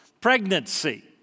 pregnancy